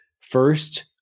First